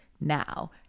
now